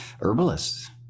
herbalists